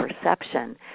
perception